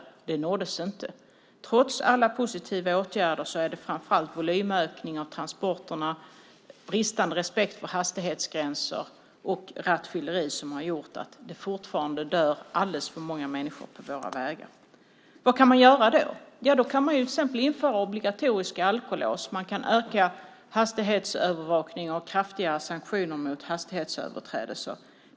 Det nåddes inte. Trots alla positiva åtgärder är det framför allt volymökning av transporterna, bristande respekt för hastighetsgränser och rattfylleri som har gjort att det fortfarande dör alldeles för många människor på våra vägar. Vad kan man göra? Då kan man till exempel införa obligatoriska alkolås, öka hastighetsövervakningen och ha kraftiga sanktioner mot hastighetsöverträdelser.